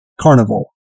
carnival